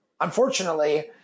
Unfortunately